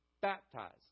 baptized